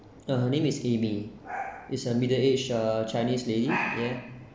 uh her name is amy is a middle aged uh chinese lady yeah